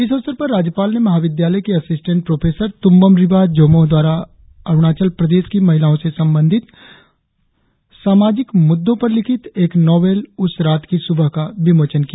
इस अवसर पर राज्यपाल ने महाविद्यालय की असिस्टेंट प्रोफेसर तुंबम रिबा जोमोह द्वारा अरुणाचल प्रदेश की महिलाओ से संबंधित समाजिक मुद्दो पर लिखित एक नाँवेल उस रात की सुबह का विमोचन किया